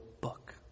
book